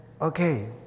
okay